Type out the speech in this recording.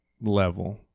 level